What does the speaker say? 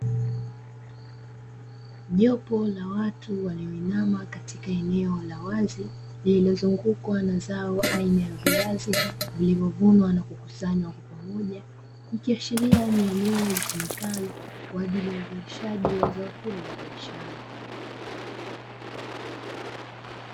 Jopo la watu walio inama katika eneo la wazi lililozungukwa na zao aina viazi, vilivyo vunwa na kukusanywa kwa pamoja ikiashiria ni eneo litumikalo kwa ajili ya uzalishaji wa zao hilo la biashara.